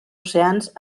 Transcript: oceans